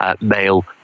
male